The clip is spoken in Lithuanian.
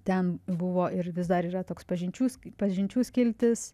ten buvo ir vis dar yra toks pažinčių sk pažinčių skiltis